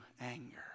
anger